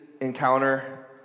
encounter